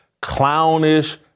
clownish